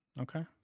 Okay